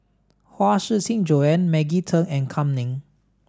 Huang Shiqi Joan Maggie Teng and Kam Ning